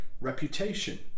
reputation